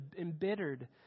embittered